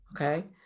Okay